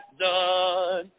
done